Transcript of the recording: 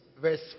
verse